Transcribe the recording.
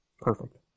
perfect